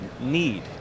need